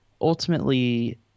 ultimately